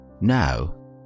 Now